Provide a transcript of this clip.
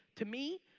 to me,